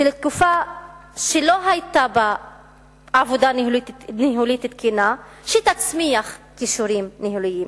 של תקופה שלא היתה בה עבודה ניהולית תקינה שתצמיח כישורים ניהוליים.